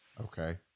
Okay